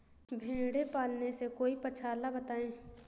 भेड़े पालने से कोई पक्षाला बताएं?